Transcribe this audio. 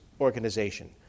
organization